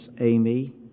Amy